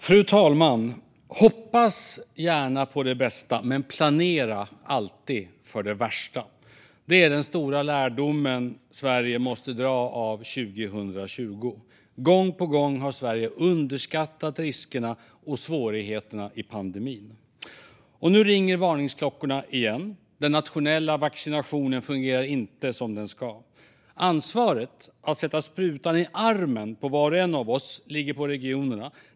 Fru talman! Hoppas gärna på det bästa, men planera alltid för det värsta! Det är den stora lärdomen Sverige måste dra av 2020. Gång på gång har Sverige underskattat riskerna och svårigheterna i pandemin, och nu ringer varningsklockorna igen. Den nationella vaccinationen fungerar inte som den ska. Ansvaret att sätta sprutan i armen på var och en av oss ligger på regionerna.